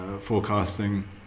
forecasting